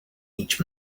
each